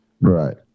Right